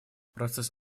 процесс